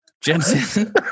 Jensen